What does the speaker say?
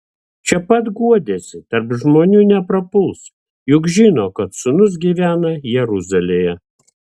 čia pat guodėsi tarp žmonių neprapuls juk žino kad sūnus gyvena jeruzalėje